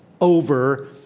over